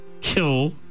kill